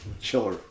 chiller